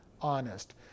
honest